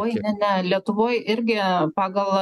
oi ne ne lietuvoj irgi pagal